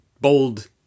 bold